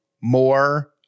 more